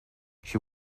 she